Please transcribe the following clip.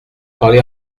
parlez